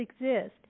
exist